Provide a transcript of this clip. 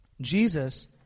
Jesus